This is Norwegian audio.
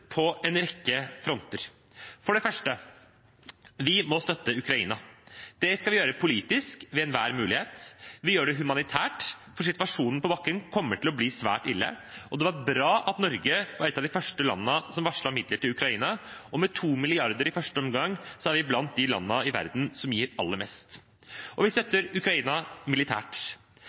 på en rekke fronter. For det første: Vi må støtte Ukraina. Det skal vi gjøre politisk ved enhver mulighet. Vi gjør det humanitært, for situasjonen på bakken kommer til å bli svært ille. Det var bra at Norge var et av de første landene som varslet midler til Ukraina, og med to mrd. kroner i første omgang er vi blant de landene i verden som gir aller mest. Og vi støtter Ukraina militært.